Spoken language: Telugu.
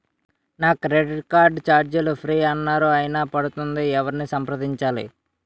నా క్రెడిట్ కార్డ్ ఛార్జీలు ఫ్రీ అన్నారు అయినా పడుతుంది ఎవరిని సంప్రదించాలి?